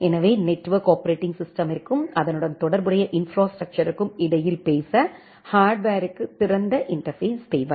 எனவே network operating ஸிஸ்டெமிருக்கும் அதனுடன் தொடர்புடைய இன்ப்ராஸ்ட்ரக்சர்க்கும் இடையில் பேச ஹார்ட்வருக்கு திறந்த இன்டர்பேஸ் தேவை